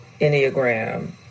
enneagram